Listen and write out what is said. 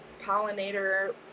pollinator